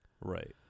Right